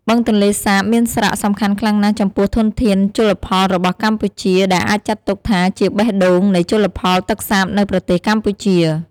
បឹងទន្លេសាបមានសារៈសំខាន់ខ្លាំងណាស់ចំពោះធនធានជលផលរបស់កម្ពុជា ដែលអាចចាត់ទុកថាជា "បេះដូង" នៃជលផលទឹកសាបនៅប្រទេសកម្ពុជា។